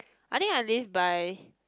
I think I live by